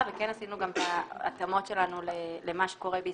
וכן עשינו את ההתאמות שלנו למה שקורה בישראל.